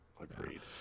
agreed